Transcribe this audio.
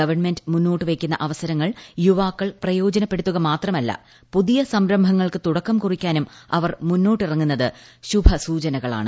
government മുന്നോട്ടുവയ്ക്കുന്ന അവസരങ്ങൾ യുവാക്കൾ പ്രയോജനപ്പെടുത്തുക മാത്രമല്ല പുതിയ സംരംഭങ്ങൾക്ക് തുടക്കം കുറിക്കാനും അവർ മുന്നിട്ടിറങ്ങുന്നത് ശുഭസൂചനകളാണ്